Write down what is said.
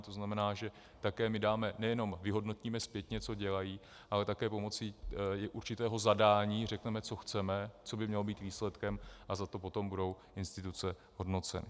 To znamená, že také dáme, nejenom vyhodnotíme zpětně, co dělají, ale také pomocí určitého zadání řekneme, co chceme, co by mělo být výsledkem, a za to potom budou instituce hodnoceny.